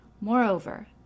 Moreover